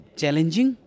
challenging